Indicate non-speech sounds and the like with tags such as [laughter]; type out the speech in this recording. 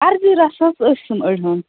عرضہٕ رَژھ حٲز ٲسٕم [unintelligible]